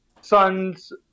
son's